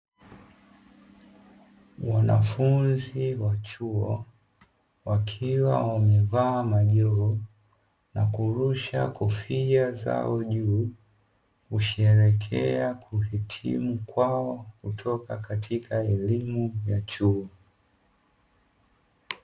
Wanafunzi wa chuo wakiwa wamevaa majoho na kurusha kofia zao, juu kusherehekea kuhitimu kwao kutoka katika elimu ya chuo.